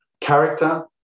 Character